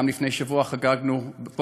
גם לפני שבוע חגגנו פה,